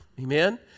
Amen